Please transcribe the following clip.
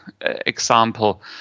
example